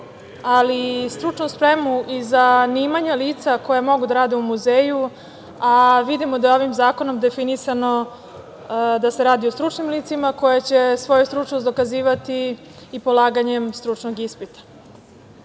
ali i stručnu spremu i zanimanja lica koja mogu da rade u muzeju, a vidimo da je ovim zakonom definisano da se radi o stručnim licima koja će svoju stručnost dokazivati i polaganjem stručnog ispita. Ovaj